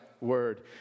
word